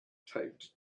taped